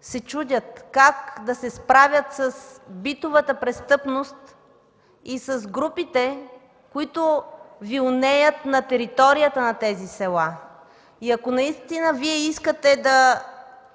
се чудят как да се справят с битовата престъпност и с групите, които вилнеят на територията на тези села. И ако наистина Вие искате да